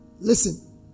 Listen